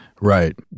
right